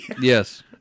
Yes